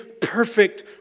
perfect